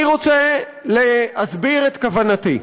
אני רוצה להסביר את כוונתי.